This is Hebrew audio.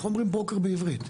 איך אומרים ברוקר בעברית?